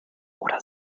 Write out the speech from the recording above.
oder